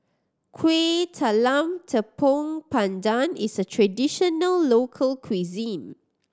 Kueh Talam Tepong Pandan is a traditional local cuisine